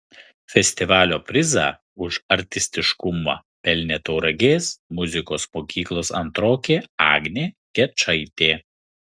festivalio prizą už artistiškumą pelnė tauragės muzikos mokyklos antrokė agnė gečaitė